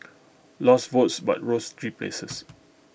lost votes but rose three places